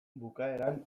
bukaeran